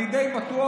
אני די בטוח,